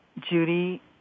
Judy